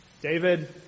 David